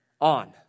on